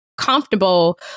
comfortable